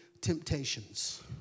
temptations